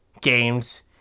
games